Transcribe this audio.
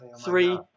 three